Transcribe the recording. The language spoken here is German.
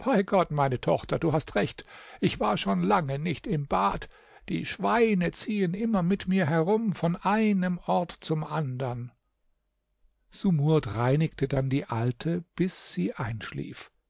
gott meine tochter du hast recht ich war schon lange nicht im bad die schweine ziehen immer mit mir herum von einem ort zum andern sumurd reinigte dann die alte bis sie einschlief